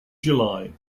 july